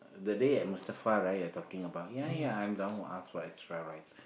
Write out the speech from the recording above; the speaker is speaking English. that day at Mustafa right you're talking about ya ya I'm the one who ask for extra rice